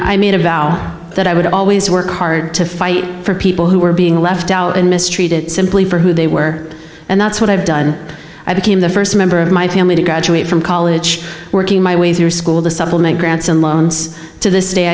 i made a vow that i would always work hard to fight for people who were being left out and mistreated simply for who they were and that's what i've done i became the st member of my family to graduate from college working my way through school to supplement grants and loans to this day